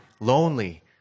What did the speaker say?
lonely